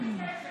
בשמות